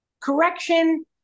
correction